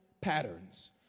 patterns